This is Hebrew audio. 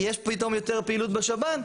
יש פתאום יותר פעילות בשב"ן,